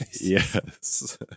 yes